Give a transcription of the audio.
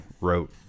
wrote